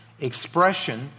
expression